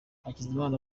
hakizimana